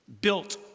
Built